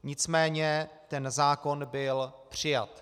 Nicméně zákon byl přijat.